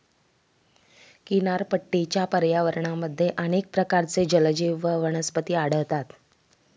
किनारपट्टीच्या पर्यावरणामध्ये अनेक प्रकारचे जलजीव व वनस्पती आढळतात